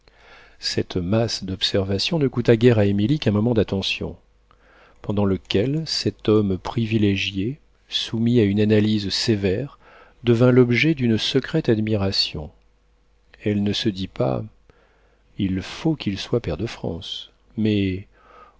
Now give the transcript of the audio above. cette masse d'observations ne coûta guère à émilie qu'un moment d'attention pendant lequel cet homme privilégié soumis à une analyse sévère devint l'objet d'une secrète admiration elle ne se dit pas il faut qu'il soit pair de france mais oh